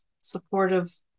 supportive